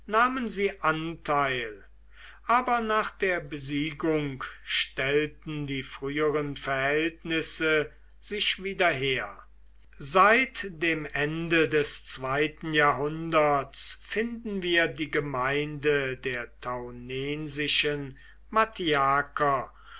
nahmen sie anteil aber nach der besiegung stellten die früheren verhältnisse sich wieder her seit dem ende des zweiten jahrhunderts finden wir die gemeinde der taunensischen